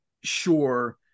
sure